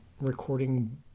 recording